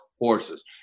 horses